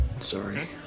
Sorry